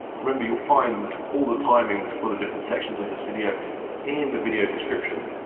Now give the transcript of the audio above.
remember you'll find all the timings for the different sections of this video in the video description.